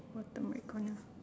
bottom right corner